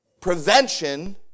prevention